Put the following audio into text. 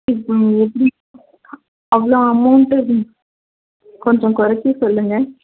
இப்போது எப்படி அவ்வளோ அமௌண்ட்டு கொஞ்சம் கொறைச்சி சொல்லுங்கள்